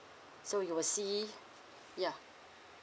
so you will see yeah